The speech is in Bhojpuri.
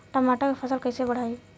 टमाटर के फ़सल कैसे बढ़ाई?